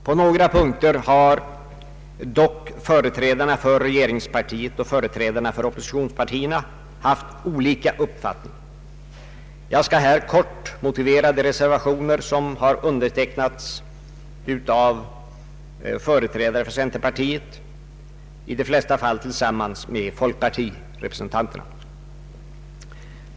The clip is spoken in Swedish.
På några punkter har dock företrädarna för regeringspartiet och företrädarna för oppositionspartierna haft olika uppfattning. Jag skall här kort motivera de reservationer som har undertecknats av företrädare för centerpartiet, i de flesta fall tillsammans med folkpartirepresentanterna.